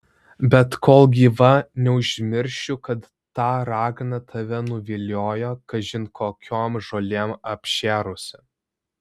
bet kol gyva neužmiršiu kad ta ragana tave nuviliojo kažin kokiom žolėm apšėrusi